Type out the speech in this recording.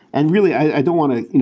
and really, i don't want to